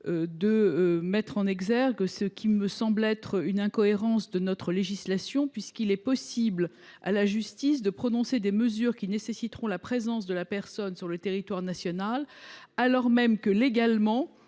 de mettre en exergue ce qui me semble une incohérence de notre législation : la justice peut prononcer des mesures qui nécessiteront la présence de la personne sur le territoire national alors même que, légalement,